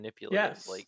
Yes